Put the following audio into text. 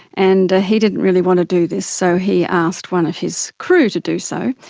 and he didn't really want to do this so he asked one of his crew to do so.